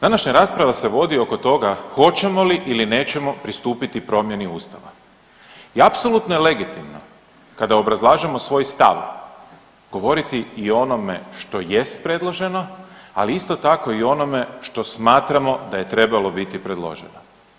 Današnja rasprava se vodi oko toga hoćemo li ili nećemo pristupiti promjeni ustava i apsolutno je legitimno kada obrazlažemo svoj stav govoriti i o onome što jest predloženo, ali isto tako i o onome što smatramo da je trebalo biti predloženo.